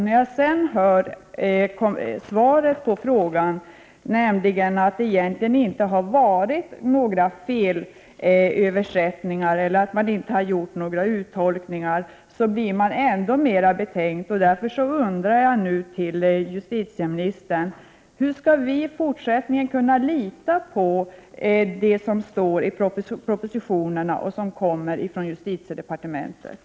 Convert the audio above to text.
När jag hör svaret på frågan, nämligen att det egentligen inte har skett några felaktiga återgivningar eller att man inte har gjort någon uttolkning, blir jag ännu mer betänksam. Därför undrar jag nu: Hur skall vi i fortsättningen kunna lita på det som står i propositionerna som kommer från justitiedepartementet?